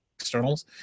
externals